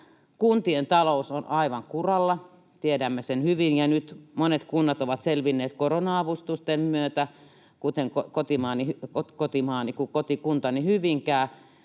kuntien talous on aivan kuralla, tiedämme sen hyvin, ja nyt monet kunnat ovat selvinneet korona-avustusten myötä, kuten kotikuntani Hyvinkää.